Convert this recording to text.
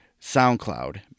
SoundCloud